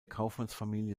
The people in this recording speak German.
kaufmannsfamilie